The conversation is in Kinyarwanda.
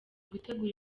gutegura